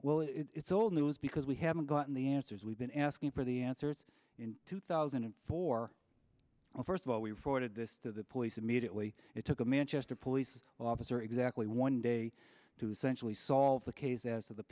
well it's old news because we haven't gotten the answers we've been asking for the answers in two thousand and four well first of all we reported this to the police immediately it took a manchester police officer exactly one day to essentially solve the case as of the